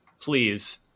please